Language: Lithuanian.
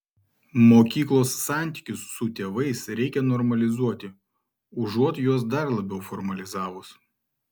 mokyklos santykius su tėvais reikia normalizuoti užuot juos dar labiau formalizavus